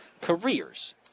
careers